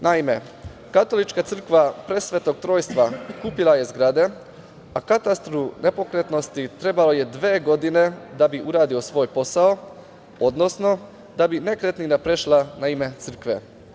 Naime, katolička crkva Presvetog Trojstva kupila je zgradu, a katastru nepokretnosti trebalo je dve godine da bi uradio svoj posao, odnosno da bi nekretnina prešla na ime crkve.